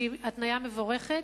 שהיא התניה מבורכת.